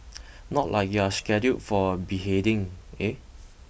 not like you're scheduled for a beheading eh